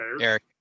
Eric